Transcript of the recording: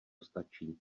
stačí